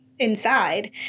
inside